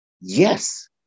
yes